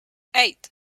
eight